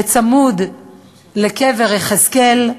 בצמוד לקבר יחזקאל.